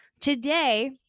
today